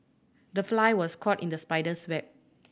the fly was caught in the spider's web